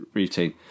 routine